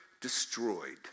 destroyed